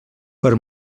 per